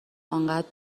انقدر